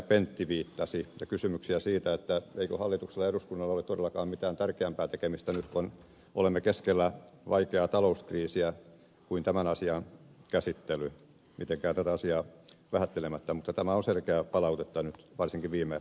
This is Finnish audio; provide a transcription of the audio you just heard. pentti viittasi kysymyksiä siitä eikö hallituksella ja eduskunnalla ole todellakaan mitään tärkeämpää tekemistä nyt kun olemme keskellä vaikeaa talouskriisiä kuin tämän asian käsittely mitenkään tätä asiaa vähättelemättä mutta tämä on selkeää palautetta varsinkin viime päiviltä